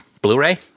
Blu-ray